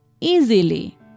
easily